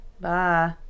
Bye